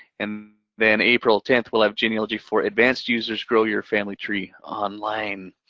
and then april tenth, we'll have genealogy for advanced users grow your family tree online.